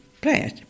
players